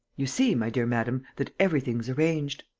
you see, my dear madam, that everything's arranged.